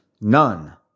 None